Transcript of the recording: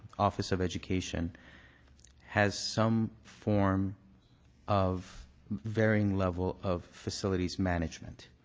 office of education has some form of varying level of facilities management,